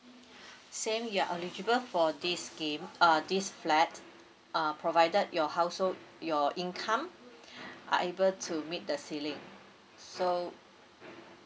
same you are eligible for this scheme uh this flat uh provided your household your income are able to meet the ceiling so